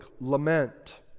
lament